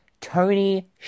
Tony